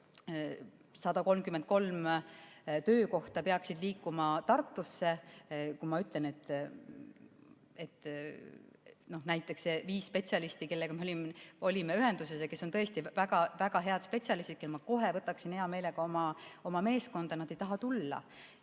133 töökohta peaksid liikuma Tartusse? Ma ju ütlesin, et näiteks viis spetsialisti, kellega me olime ühenduses ja kes on tõesti väga head spetsialistid ja kelle ma kohe võtaksin hea meelega oma meeskonda, ei tahtnud tulla.